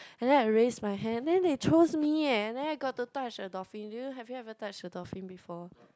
and then I raised my hand then they chose me eh then I got to touch the dolphin do you have you ever touch a dolphin before